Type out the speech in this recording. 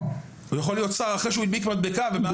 הוא יכול להיות שר אחרי שהוא הדביק מדבקה במערכת.